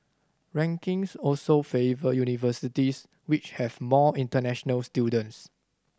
rankings also favour universities which have more international students